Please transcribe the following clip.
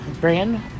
brand